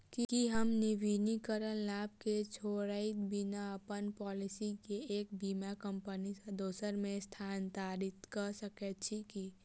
की हम नवीनीकरण लाभ केँ छोड़इत बिना अप्पन पॉलिसी केँ एक बीमा कंपनी सँ दोसर मे स्थानांतरित कऽ सकैत छी की?